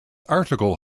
article